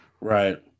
Right